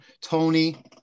Tony